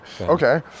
okay